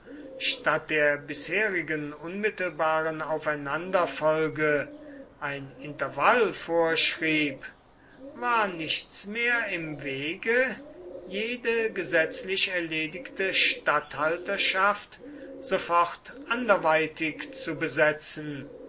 statt der bisherigen unmittelbaren aufeinanderfolge ein intervall vorschrieb war nichts mehr im wege jede gesetzlich erledigte statthalterschaft sofort anderweitig zu besetzen